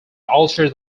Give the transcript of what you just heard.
altered